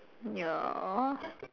ya